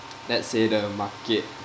let's say the market